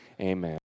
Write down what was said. amen